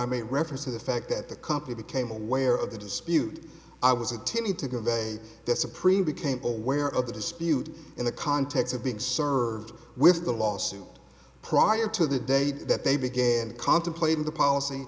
i made reference to the fact that the company became aware of the dispute i was a to me to go away the supreme became aware of the dispute in the context of being served with the lawsuit prior to the date that they began contemplating the policy